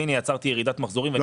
והנה יצרתי ירידת מחזורים.